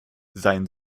sein